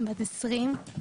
בת 20,